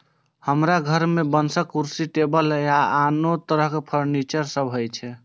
हमरा घर मे बांसक कुर्सी, टेबुल आ आनो तरह फर्नीचर सब छै